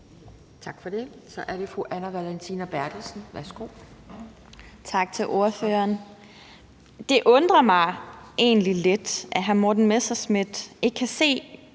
Værsgo. Kl. 11:19 Anne Valentina Berthelsen (SF): Tak til ordføreren. Det undrer mig egentlig lidt, at hr. Morten Messerschmidt ikke kan se